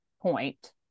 point